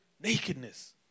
nakedness